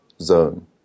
zone